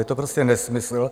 Je to prostě nesmysl.